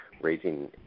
raising